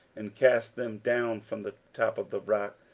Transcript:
and cast them down from the top of the rock,